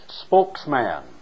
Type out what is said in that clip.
spokesman